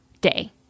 day